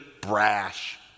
brash